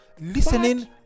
listening